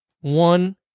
one